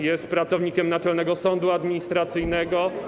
Jest pracownikiem Naczelnego Sądu Administracyjnego.